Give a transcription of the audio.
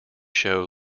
show